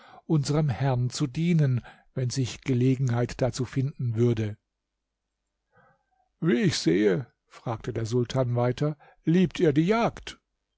unserm herrn zu dienen wenn sich gelegenheit dazu finden würde wie ich sehe fragte der sultan weiter liebt ihr die jagd